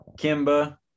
Kimba